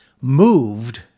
moved